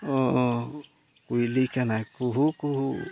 ᱦᱮᱸ ᱠᱩᱭᱞᱤ ᱠᱟᱱᱟᱭ ᱠᱩᱦᱩ ᱠᱩᱦᱩ